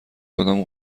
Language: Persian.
کدام